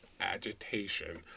agitation